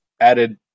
added